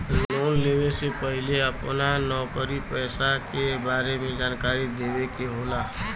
Loan लेवे से पहिले अपना नौकरी पेसा के बारे मे जानकारी देवे के होला?